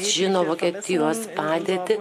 žino vokietijos padėtį